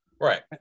Right